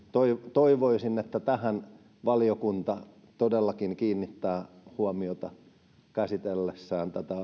toivoisin että tähän valiokunta todellakin kiinnittää huomiota käsitellessään tätä